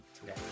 today